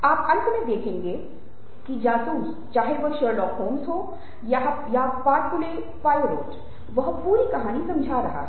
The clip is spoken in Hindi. आप अंत में देखेंगे की जासूस चाहे वह शर्लक होम्स है या पोर्कुले पोयरोट वह पूरी कहानी समझा रहा है